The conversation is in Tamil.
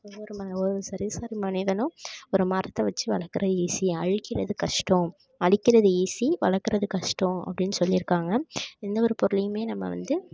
ஒவ்வொரு ஒரு சராசரி மனிதனும் ஒரு மரத்தை வச்சு வளர்க்குறது ஈஸி அழிக்கிறது கஷ்டம் அழிக்கிறது ஈஸி வளர்க்குறது கஷ்டம் அப்படின்னு சொல்லியிருக்காங்க எந்த ஒரு பொருளையுமே நம்ம வந்து